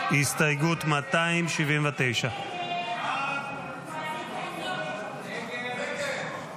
הסתייגות 279. הסתייגות 279 לא